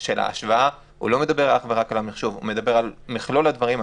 של ההשוואה לא מדבר אך ורק על המחשוב אלא הוא מדבר על מכלול הדברים.